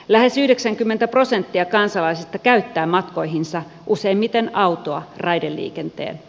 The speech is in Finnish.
lähes yhdeksänkymmentä prosenttia kansalaisista käyttää matkoihinsa useimmiten autoa raideliikenteen